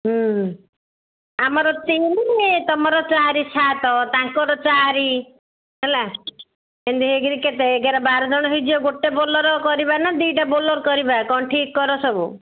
ଆମର ତିନି ତମର ଚାରି ସାତ ତାଙ୍କର ଚାରି ହେଲା ଏମିତି ହେଇକିରି କେତେ ଏଗାର ବାର ଜଣ ହେଇଯିବେ ଗୋଟେ ବୋଲେରୋ କରିବା ନା ଦୁଇଟା ବୋଲେରୋ କରିବା କ'ଣ ଠିକ୍ କର ସବୁ